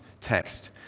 text